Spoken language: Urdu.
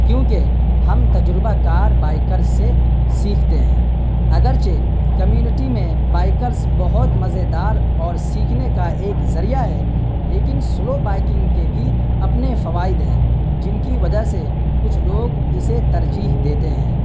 کیونکہ ہم تجربہ کار بائکرز سے سیکھتے ہیں اگرچہ کمیونٹی میں بائکرز بہت مزیدار اور سیکھنے کا ایک ذریعہ ہے لیکن سلو بائکنگ کے بھی اپنے فوائد ہیں جن کی وجہ سے کچھ لوگ اسے ترجیح دیتے ہیں